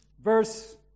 Verse